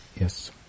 Yes